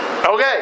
Okay